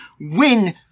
win